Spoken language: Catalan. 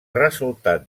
resultat